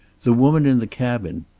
the woman in the cabin.